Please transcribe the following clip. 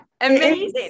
Amazing